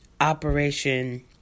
Operation